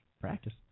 Practice